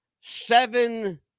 seven